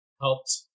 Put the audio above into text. helped